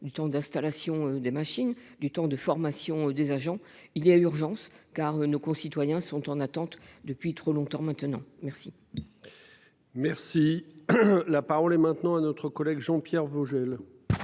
du temps d'installation des machines, du temps de formation des agents. Il y a urgence car nos concitoyens sont en attente depuis trop longtemps maintenant, merci. Merci. La parole est maintenant à notre collègue Jean-Pierre Vogel.